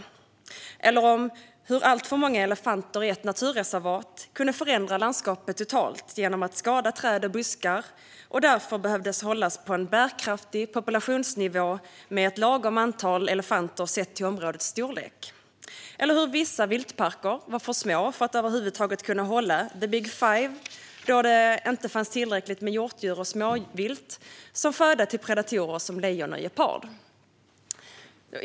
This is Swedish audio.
Jag fick också höra om hur alltför många elefanter i ett naturreservat kunde förändra landskapet totalt genom att skada träd och buskar och att populationen därför behövde hållas på en bärkraftig nivå med ett lagom antal elefanter sett till områdets storlek. Dessutom fick jag höra om hur vissa viltparker var för små för att över huvud taget kunna hålla the big five då det inte fanns tillräckligt med hjortdjur och småvilt som föda till predatorer som lejon och leopard.